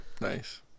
Nice